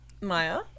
maya